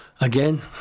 again